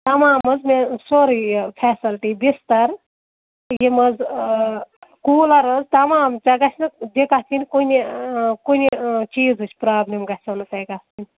تَمام حظ مےٚ سورُے یہِ فیسَلٹی بِستَر یِم حظ کوٗلَر حظ تَمام ژےٚ گژھِ نہٕ دِکَت یِنۍ کُنہِ کُنہِ چیٖزٕچ پرٛابلِم گژھیو نہٕ تۄہہِ گژھٕنۍ